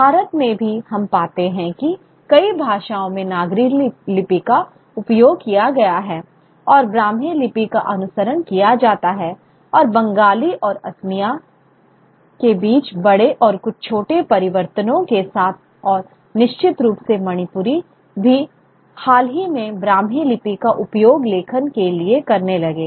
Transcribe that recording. भारत में भी हम पाते हैं कि कई भाषाओं में नागरी लिपि का उपयोग किया गया है और ब्राह्मी लिपि का अनुसरण किया जाता है और बंगाली और असमिया के बीच बड़े और कुछ छोटे परिवर्तनों के साथ और निश्चित रूप से मणिपुरी भी हाल ही में ब्राह्मी लिपि का उपयोग लेखन के लिए करने लगे